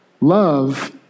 Love